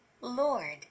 Lord